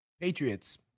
Patriots